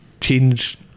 change